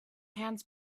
hands